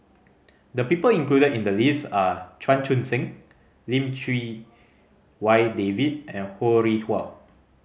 the people included in the list are Chan Chun Sing Lim Chee Wai David and Ho Rih Hwa